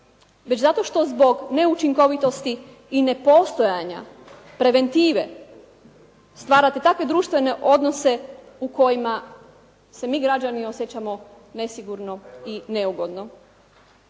već zato što zbog neučinkovitosti i ne postajanja preventive stvarate takve društvene odnose u kojima se mi građani osjećamo nesigurno i neugodno.